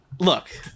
Look